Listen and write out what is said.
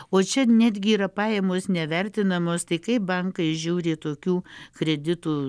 o čia netgi yra pajamos nevertinamos tai kaip bankai žiūri į tokių kreditų